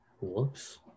Whoops